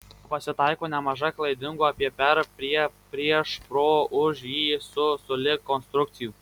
pasitaiko nemaža klaidingų apie per prie prieš pro už į su sulig konstrukcijų